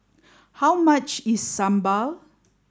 how much is Sambal